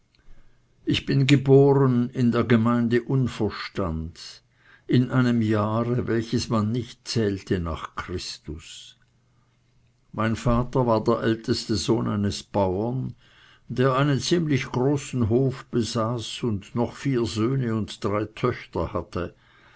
ich bin geboren in der gemeinde unverstand in einem jahre welches man nicht zählte nach christus mein vater war der älteste sohn eines bauern der einen ziemlich großen hof besaß und noch vier söhne und drei töchter hatte